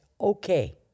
okay